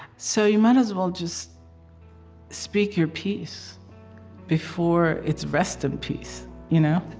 so you might as well just speak your piece before it's rest in peace, you know?